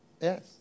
Yes